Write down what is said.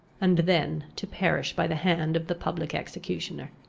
and then to perish by the hand of the public executioner.